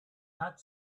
that